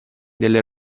delle